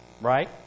right